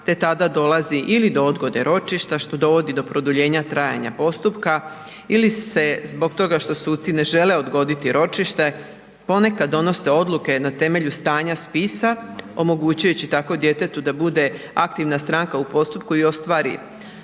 te tada dolazi ili do odgode ročišta što dovodi do produljenja trajanja postupka ili se zbog toga što suci ne žele odgoditi ročišće ponekad donose odluke na temelju stanja spisa omogućujući tako djetetu da bude aktivna stranka u postupku i ostvari,